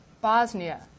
Bosnia